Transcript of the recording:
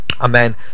Amen